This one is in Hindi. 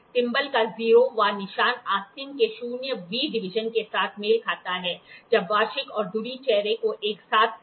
थिंबल का 0 वां निशान आस्तीन के शून्य वें डिवीजन के साथ मेल खाता है जब वार्षिक और धुरी चेहरे को एक साथ लाया जाता है